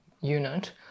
unit